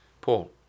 Paul